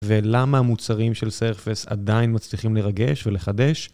ולמה המוצרים של סרפס עדיין מצליחים לרגש ולחדש?